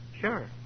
sure